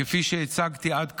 כפי שהצגתי עד כאן,